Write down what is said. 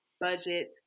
budget